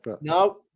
No